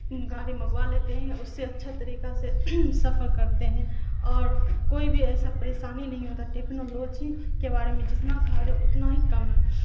گاڑی منگوا لیتے ہیں اس سے اچھا طریقہ سے سفر کرتے ہیں اور کوئی بھی ایسا پریشانی نہیں ہوتا ٹیکنالوجی کے بارے میں جتنا کہا جائے اتنا ہی کم ہے